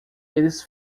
eles